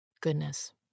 Goodness